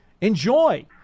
enjoy